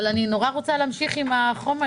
אבל אני נורא רוצה להמשיך עם החומר.